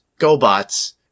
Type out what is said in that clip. GoBots